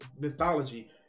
mythology